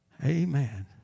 Amen